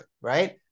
right